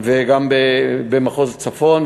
וגם במחוז צפון,